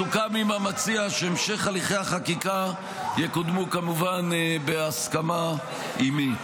סוכם עם המציע שהמשך הליכי החקיקה יקודמו כמובן בהסכמה עימי.